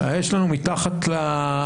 אבל יש לנו מתחת ליד